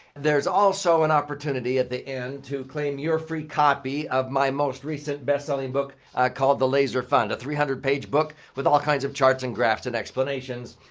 there's also an opportunity at the end to claim your free copy of my most recent best-selling book called the laser fund. a three hundred page book with all kinds of charts and graphs and explanations.